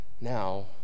now